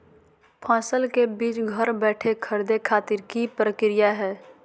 फसल के बीज घर बैठे खरीदे खातिर की प्रक्रिया हय?